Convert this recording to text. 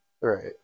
Right